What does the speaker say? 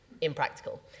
impractical